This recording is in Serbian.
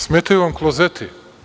Smetaju vam klozeti.